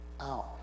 out